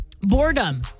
boredom